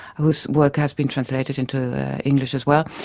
whose work has been translated into english as well,